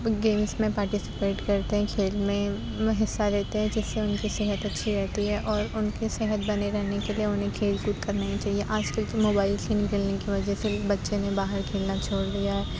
games میں participate کرتے ہیں کھیل میں حصّہ لیتے ہیں جس سے اُن کی صحت اچھی رہتی ہے اور اُن کی صحت بنے رہنے کے لیے اُنہیں کھیل کود کرنا ہی چاہیے آج کل کے موبائل گیم کھیلنے کی وجہ سے بچے نے باہر کھیلنا چھوڑ دیا ہے